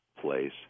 place